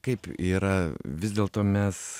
kaip yra vis dėlto mes